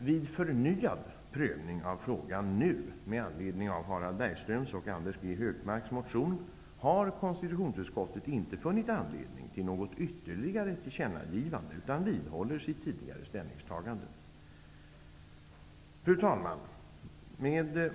Vid förnyad prövning av frågan nu med anledning av Harald Bergströms och Anders G Högmarks motion har konstitutionsutskottet inte funnit anledning till något ytterligare tillkännagivande utan vidhåller sitt tidigare ställningstagande. Fru talman!